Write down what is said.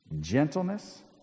gentleness